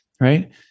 Right